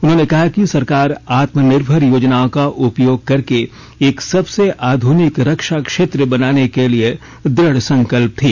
उन्होंने कहा कि सरकार आत्मनिर्भर योजनाओं को उपयोग करके एक ॅसबसे आधुनिक रक्षा क्षेत्र बनाने के लिए दृढ़ संकल्प थी